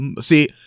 See